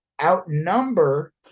outnumber